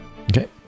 Okay